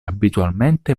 abitualmente